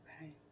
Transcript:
okay